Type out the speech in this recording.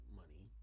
money